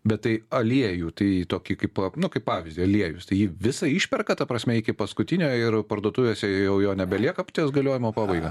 bet tai aliejų tai nu kaip pavyzdį aliejus tai jį visą išperka ta prasme iki paskutinio ir parduotuvėse jau jo nebelieka ties galiojimo pabaiga